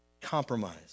compromise